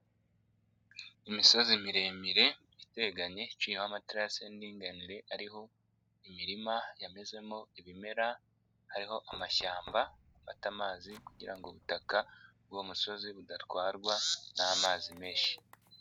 Imisozi miremire iteganye iciyeho amatarasi y'indinganire, ariho imirima yamezemo ibimera, hariho amashyamba afata amazi kugira ngo ubutaka bw'uwo musozi budatwarwa n'amazi menshi.